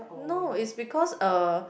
no is because uh